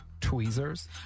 Tweezers